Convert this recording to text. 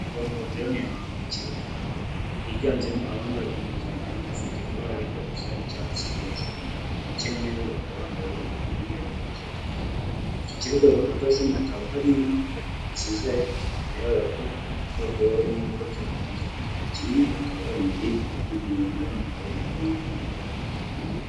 Abantu bateraniye ahantu mu kibuga. Higanjemo abambaye impuzankano ifite ibara rijya gusa n'icyatsi hejuru. Bake muri bo bakaba bambaye umweru hejuru. Icyo kibuga bahagazemo hakaba hari inka nziza bigaragara ko bashobora kuba barimo gukora icyo dukunze kwita gira inka, bakaba baremeye umuntu bamuhaye iyo nka ngo na we abashe kujya kwiteza imbere.